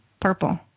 purple